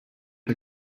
der